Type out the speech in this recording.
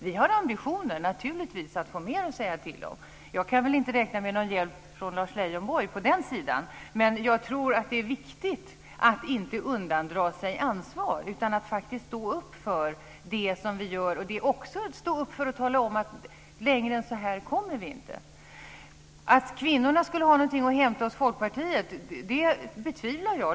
Vi har naturligtvis ambitionen att få mer att säga till om. Jag kan väl inte räkna med någon hjälp från Lars Leijonborg på den sidan, men jag tror att det är viktigt att inte undandra sig ansvar utan att faktiskt stå upp för det som vi gör och att också stå upp och säga: Längre än så här kommer vi inte. Att kvinnorna skulle ha något att hämta hos Folkpartiet det betvivlar jag.